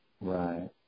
Right